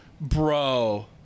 bro